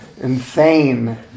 insane